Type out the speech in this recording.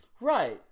Right